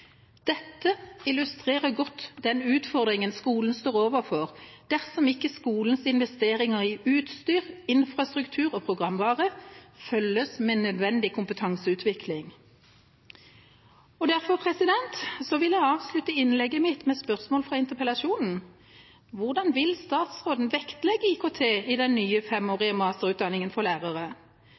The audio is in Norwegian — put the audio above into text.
Dette illustrerer godt den utfordringen skolen står overfor dersom ikke skolenes investeringer i utstyr, infrastruktur og programvare følges opp med nødvendig kompetanseutvikling. Derfor vil jeg avslutte innlegget mitt med spørsmålet fra interpellasjonen: Hvordan vil statsråden vektlegge IKT i den nye femårige masterutdanningen for lærere?